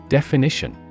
Definition